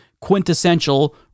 quintessential